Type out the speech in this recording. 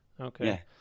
Okay